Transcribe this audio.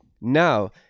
Now